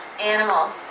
Animals